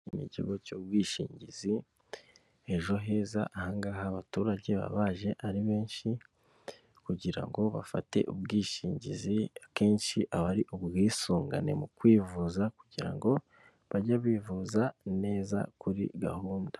Ikigo cy'ubwishingizi ejo heza ahangaha abaturage baba baje ari benshi kugira ngo bafate ubwishingizi akenshi aba ari ubwisungane mu kwivuza kugira ngo bajye bivuza neza kuri gahunda.